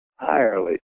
entirely